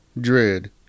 dread